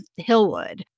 Hillwood